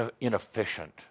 inefficient